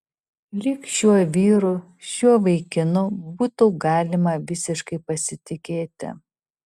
lyg šiuo vyru šiuo vaikinu būtų galima visiškai pasitikėti